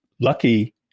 lucky